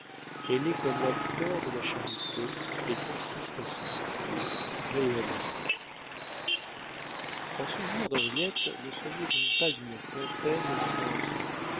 elle est comme la fleur de la charité et consiste à s'oublier réellement en souvenir d'henriette ne soyez donc pas une fontaine sans eau